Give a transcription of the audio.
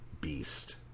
beast